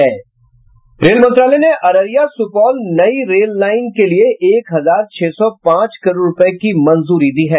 rail मंत्रालय ने अररिया सुपौल नये रेल लाईन के लिए एक हजार छह सौ पांच करोड़ रूपये की मंजूरी दी है